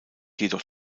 jedoch